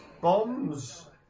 bombs